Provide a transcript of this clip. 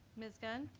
ms. gunn?